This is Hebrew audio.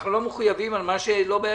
אנחנו לא מחויבים על מה שלא בידינו.